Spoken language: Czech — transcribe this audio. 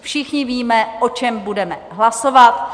Všichni víme, o čem budeme hlasovat.